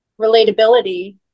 relatability